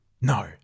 No